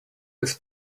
his